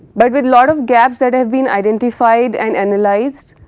but with lot of gaps that have been identified and analysed,